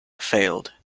failed